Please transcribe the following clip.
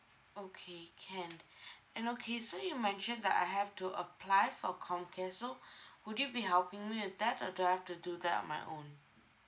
okay can and okay so you mentioned that I have to apply for comcare so would you be helping me with that or do I have to do that on my own